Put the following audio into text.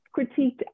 critiqued